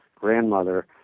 grandmother